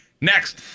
Next